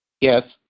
Yes